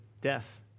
death